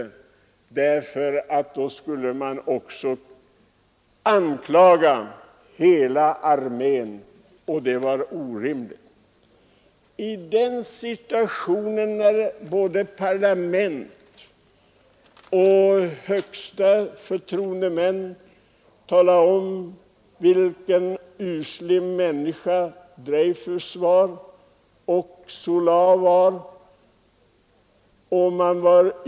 En sådan kritik skulle uppfattas som riktad mot hela armén och skulle inte tillåtas. Både i parlamentet och av ämbetsmän på de högsta förtroendeposterna utanför parlamentet betecknades Dreyfus som en usel människa.